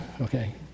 okay